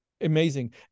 amazing